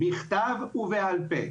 בכתב ובעל פה,